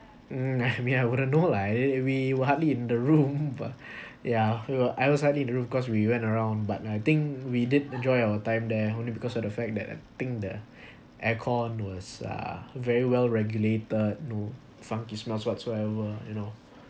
mm I wouldn't know lah we were hardly in the room but yeah I was hardly in the room cause we went around but I think we did enjoy our time there only because of the fact that I think the aircon was uh very well regulated no funky smells whatsoever you know